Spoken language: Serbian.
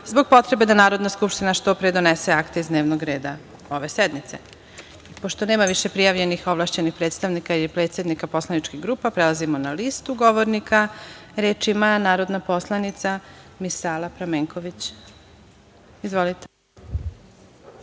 zbog potrebe da Narodna skupština što pre donese akte iz dnevnog reda ove sednice. Pošto nema više prijavljenih ovlašćenih predstavnika ili predsednika poslaničkih grupa, prelazimo na listu govornika. Reč ima narodna poslanica Misala Pramenković. Izvolite.